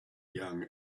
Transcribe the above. young